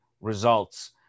results